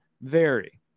vary